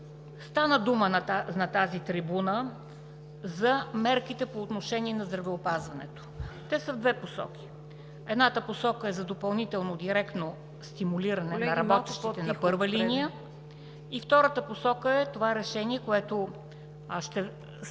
Стана дума от тази трибуна за мерките по отношение на здравеопазването. Те са в две посоки. Едната посока е за допълнително, директно стимулиране на работещите на първа линия. И втората посока е това решение, което почти